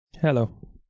Hello